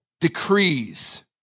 decrees